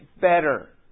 better